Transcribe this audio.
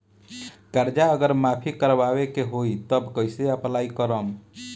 कर्जा अगर माफी करवावे के होई तब कैसे अप्लाई करम?